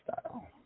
style